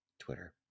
Twitter